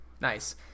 Nice